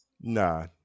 Nah